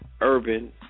urban